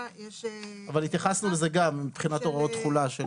אבל התייחסנו לזה גם מבחינת הוראות תכולה.